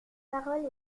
parole